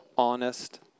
honest